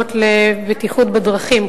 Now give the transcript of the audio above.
שנוגעות לבטיחות בדרכים,